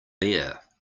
there